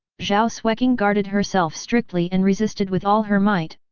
zhao so xueqing guarded herself strictly and resisted with all her might,